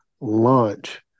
launch